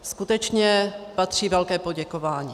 Skutečně patří velké poděkování.